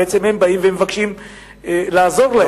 בעצם הם מבקשים לעזור להם,